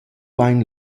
vain